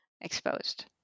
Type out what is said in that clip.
exposed